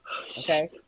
okay